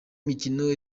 mikino